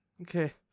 okay